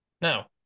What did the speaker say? Now